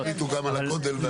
גם תחליטו גם על הגודל.